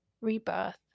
rebirth